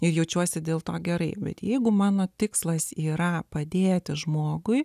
ir jaučiuosi dėl to gerai bet jeigu mano tikslas yra padėti žmogui